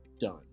done